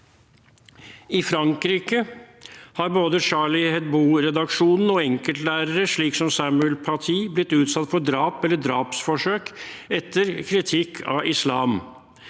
I Frankrike har både Charlie Hebdo-redaksjonen og enkeltlærere, slik som Samuel Paty, blitt utsatt for drap eller drapsforsøk etter kritikk av islam.